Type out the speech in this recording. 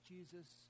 Jesus